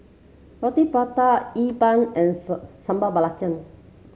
Roti Prata E Bua and sir Sambal Belacan